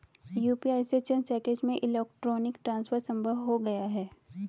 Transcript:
UPI से चंद seconds में इलेक्ट्रॉनिक ट्रांसफर संभव हो गया है